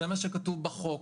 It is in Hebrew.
זה מה שכתוב בחוק.